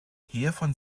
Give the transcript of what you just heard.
hiervon